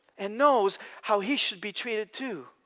and knows how he should be treated too.